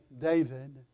David